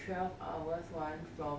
twelve hours one from